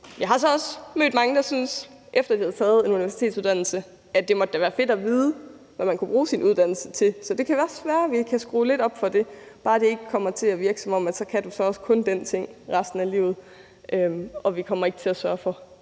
Jeg har så også mødt mange, der efter at have taget en universitetsuddannelse syntes, at det da måtte være fedt at vide, hvad man kunne bruge sin uddannelse til. Så det kan da også være, at vi skal skrue lidt op for det; bare det ikke kommer til at virke, som om du så også kun kan den ting resten af livet, og vi ikke kommer til at sørge for